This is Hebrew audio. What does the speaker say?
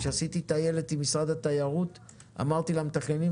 כשעשיתי טיילת עם משרד התיירות אמרתי למתכננים,